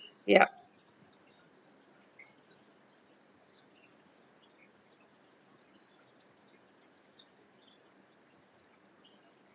yup